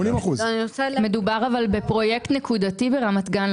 מדובר בפרויקט נקודתי ברמת גן.